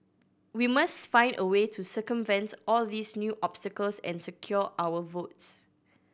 we must find a way to circumvent all these new obstacles and secure our votes